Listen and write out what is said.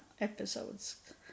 episodes